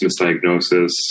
misdiagnosis